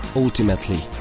ultimately,